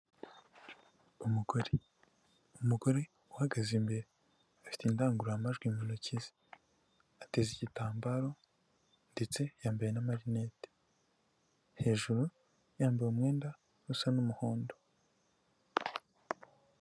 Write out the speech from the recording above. Umugore umugore uhagaze imbere afite indangururamajwi mu ntoki ze, ateze igitambaro ndetse yambaye n'amarinete hejuru yambaye umwenda usa n'umuhondo.